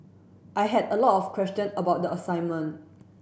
I had a lot of question about the assignment